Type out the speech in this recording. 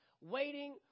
Waiting